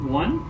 one